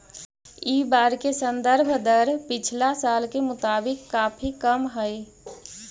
इ बार के संदर्भ दर पिछला साल के मुताबिक काफी कम हई